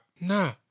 no